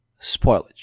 spoilage